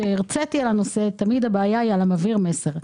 כשהרציתי על הנושא תמיד אמרתי שהבעיה היא אצל מעביר המסר.